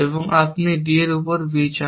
এবং আপনি d উপর b চান